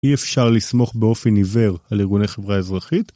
אי אפשר לסמוך באופן עיוור על ארגוני חברה אזרחית?